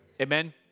Amen